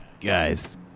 Guys